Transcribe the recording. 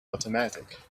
automatic